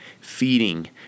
Feeding